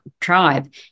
tribe